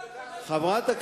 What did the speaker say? זה להעדיף את החרדיות.